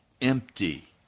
empty